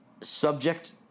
subject